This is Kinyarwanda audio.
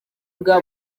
bwa